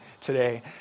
today